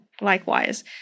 likewise